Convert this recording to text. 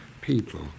people